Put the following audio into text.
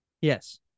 Yes